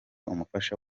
umufasha